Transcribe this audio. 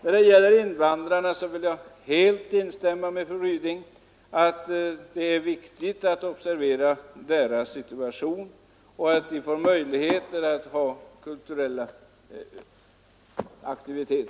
När det gäller invandrarna vill jag helt instämma med fru Ryding i att det är viktigt att observera deras situation och se till att de får möjligheter till kulturell aktivitet.